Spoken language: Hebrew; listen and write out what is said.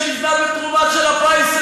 שנבנה בתרומה של הפיס,